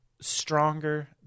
stronger